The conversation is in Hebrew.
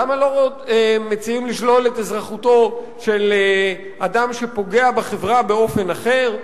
למה לא מציעים לשלול את אזרחותו של אדם שפוגע בחברה באופן אחר?